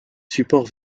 supports